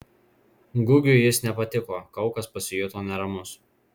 gugiui jis nepatiko kaukas pasijuto neramus